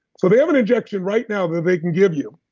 so they have an injection right now that they can give you.